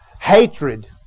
Hatred